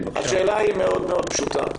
השאלה פשוטה מאוד: